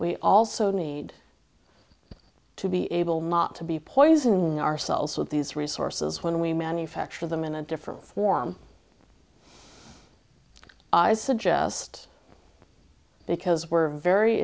we also need to be able not to be poison ourselves with these resources when we manufacture them in a different form i suggest because we're very